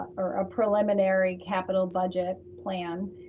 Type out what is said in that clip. or a preliminary capital budget plan.